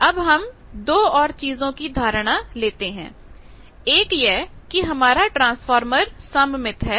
अब हम दो औरचीजों की धारणा लेते हैं एक यह कि हमारा ट्रांसफार्मर सममित है